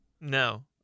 No